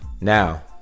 Now